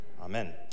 Amen